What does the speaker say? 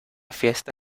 fiesta